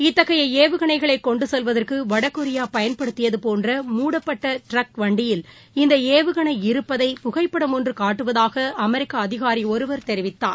இத்தகையஏவுகணைகளைகொண்டுசெல்வதற்குவடகொரியாபயன்படுத்தியதுபோன்ற மூடப்பட்டட்டிரக் வண்டியில் இந்தஏவுகணை இருப்பதை புகைப்படம் ஒன்றுகாட்டுவதாகஅமெரிக்கஅதிகாரிஒருவர் தெரிவித்தார்